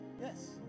Yes